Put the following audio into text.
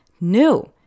new